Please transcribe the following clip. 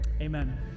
Amen